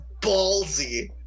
ballsy